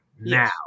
now